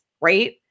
right